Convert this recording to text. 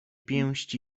pięści